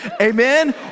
amen